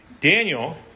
Daniel